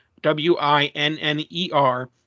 W-I-N-N-E-R